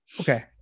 Okay